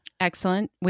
Excellent